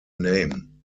name